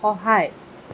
সহায়